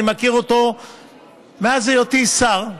אני מכיר אותו מאז היותי שר,